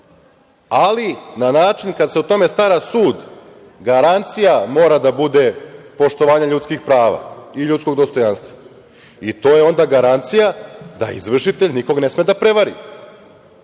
ali na način kad se o tome stara sud garancija mora da bude poštovanje ljudskih prava i ljudskog dostojanstva o to je onda garancija da izvršitelj nikog ne sme da prevari